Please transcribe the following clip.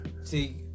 See